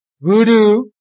Voodoo